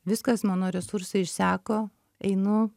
viskas mano resursai išseko einu